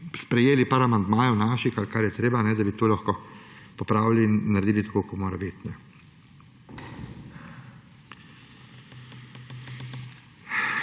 sprejeli nekaj naših amandmajev ali kar je treba, da bi to lahko popravili in naredili tako, kot mora biti.